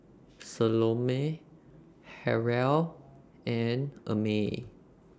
Salome Harrell and Amey